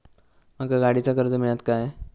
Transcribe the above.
माका गाडीचा कर्ज मिळात काय?